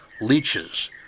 leeches